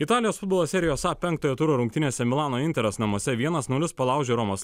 italijos futbolo serijos a penktojo turo rungtynėse milano interas namuose vienas nulis palaužė romos